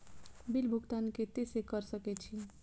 Bill भुगतान केते से कर सके छी?